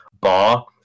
bar